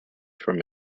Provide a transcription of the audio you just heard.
from